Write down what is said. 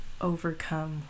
overcome